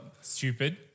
Stupid